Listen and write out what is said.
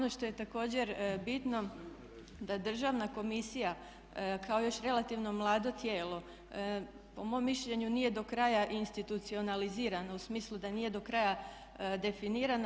Ono što je također bitno da Državna komisija kao još relativno mlado tijelo po mom mišljenju nije do kraja institucionalizirana u smislu da nije do kraja definirana.